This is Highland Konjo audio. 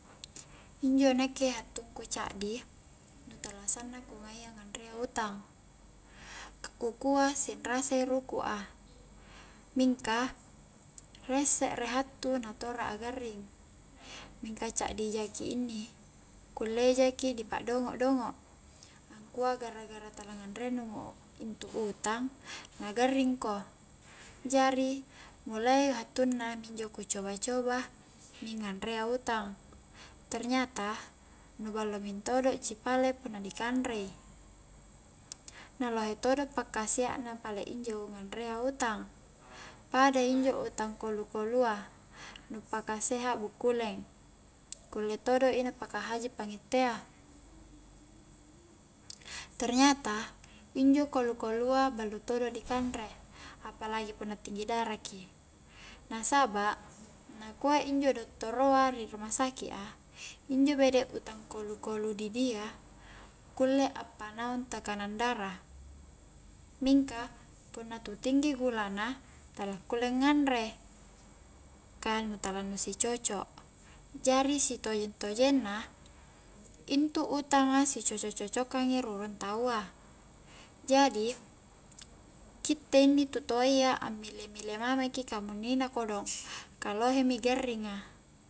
Injo nakke hattung ku caddi nu tala sanna ku ngaia nganrea utang ka ku kua sinrasai ruku' a, mingka rie se're hattu na tora'a garring mingka caddi jaki inni kullei jaki dipa'dongo-dongo angkua gara-gara tala anganre nu intu utang na garring ko jari mulai hattu na minjo ku coba-coba mi nganrea utang ternyata nu ballo mentodo ji pale punna dikanrei na lohe todo pakkasia na pale injo nganrea utang appada injo utang kolu-kolu a nu paka seha' bukkuleng kulle todo i na paka haji pangittea ternyata injo kolu-kolua ballo todo rikanre apalagi punna tinggi dara ki, na saba' nakua injo dottoro a ri ruma saki'a injo bede utang kolu-kolu didia kulle a'panaung tekanang dara mingka punna tinggi gula na tala kulle nganre ka nu tala nu si cocok, jari sitojeng-tojeng na intu utanga si cocok-cocokang i rurung taua, jadi gitte inni tau toayya ammile-mile mamiki kamunnina kodong ka lohe mi garringa